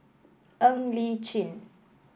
Ng Li Chin